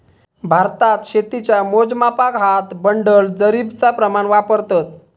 भारतात शेतीच्या मोजमापाक हात, बंडल, जरीबचा प्रमाण वापरतत